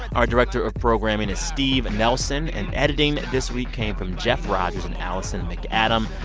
our director of programming is steve and nelson. and editing this week came from jeff rogers and alison macadam.